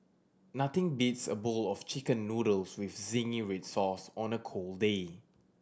nothing beats a bowl of Chicken Noodles with zingy red sauce on a cold day